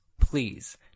please